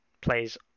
plays